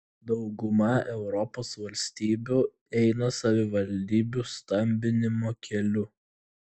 dauguma europos valstybių eina savivaldybių stambinimo keliu